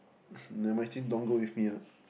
nevermind actually don't want to go with me what